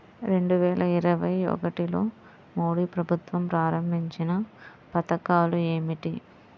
రెండు వేల ఇరవై ఒకటిలో మోడీ ప్రభుత్వం ప్రారంభించిన పథకాలు ఏమిటీ?